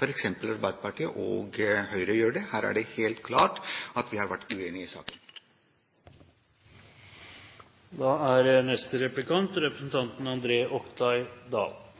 f.eks. Arbeiderpartiet og Høyre mener. Her er det helt klart at vi har vært uenige i